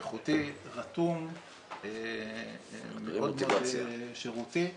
איכותי, רתום, מאוד מאוד שירותִי,